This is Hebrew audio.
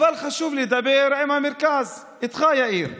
אבל חשוב לי לדבר עם המרכז, איתך, יאיר.